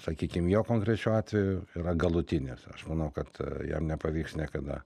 sakykim jo konkrečiu atveju yra galutinis aš manau kad jam nepavyks niekada